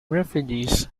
refugees